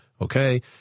okay